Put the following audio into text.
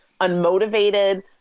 unmotivated